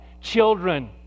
Children